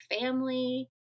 family